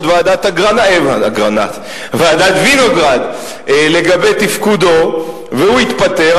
לפחות קבעה ועדת-וינוגרד לגבי תפקודו והוא התפטר,